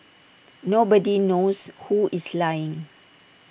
nobody knows who is lying